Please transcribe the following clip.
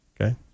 okay